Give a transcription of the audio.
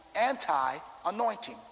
anti-anointing